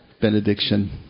benediction